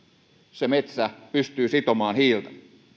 se metsä pystyy sitomaan hiiltä